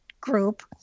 group